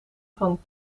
van